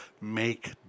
Make